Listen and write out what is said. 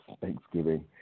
Thanksgiving